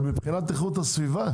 מבחנת איכות הסביבה.